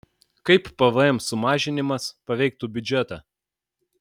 kaip pvm sumažinimas paveiktų biudžetą